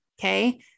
Okay